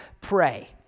pray